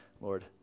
Lord